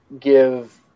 give